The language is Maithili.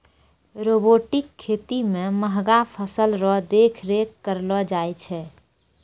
रोबोटिक खेती मे महंगा फसल रो देख रेख करलो जाय छै